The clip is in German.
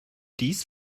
dies